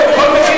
על מה הוא יתמקח?